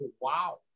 wow